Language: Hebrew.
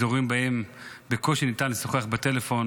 אזורים שבהם בקושי ניתן לשוחח בטלפון